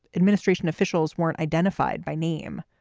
administration officials weren't identified by name.